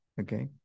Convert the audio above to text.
okay